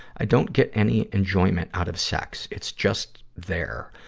i don't get any enjoyment out of sex it's just there.